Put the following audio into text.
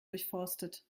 durchforstet